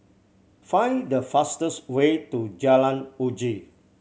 find the fastest way to Jalan Uji